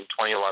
2011